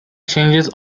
changes